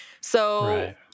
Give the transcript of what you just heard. So-